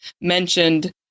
mentioned